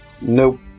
Nope